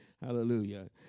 hallelujah